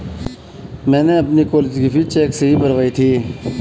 मैंने अपनी कॉलेज की फीस चेक से ही भरवाई थी